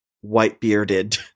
white-bearded